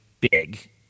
big